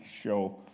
show